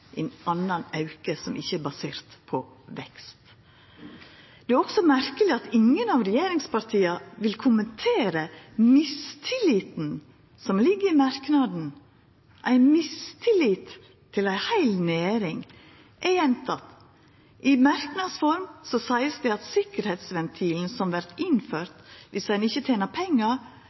ein annan auke, som ikkje er basert på vekst. Det er også merkeleg at ingen av regjeringspartia vil kommentera mistilliten som ligg i merknaden, ein mistillit til ei heil næring. Eg gjentek: I merknadsform vert det sagt at sikkerheitsventilen som vert innført viss ein ikkje tener pengar,